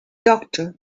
doctor